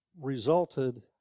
resulted